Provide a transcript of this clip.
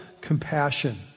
compassion